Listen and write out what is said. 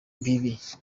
bibi